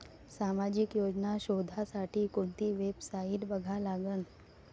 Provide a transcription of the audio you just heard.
सामाजिक योजना शोधासाठी कोंती वेबसाईट बघा लागन?